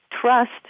trust